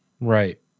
Right